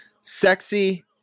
sexy